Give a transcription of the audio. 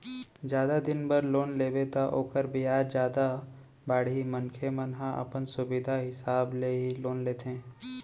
जादा दिन बर लोन लेबे त ओखर बियाज जादा बाड़ही मनखे मन ह अपन सुबिधा हिसाब ले ही लोन लेथे